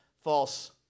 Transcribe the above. false